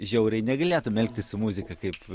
žiauriai negalėtum elgtis su muzika kaip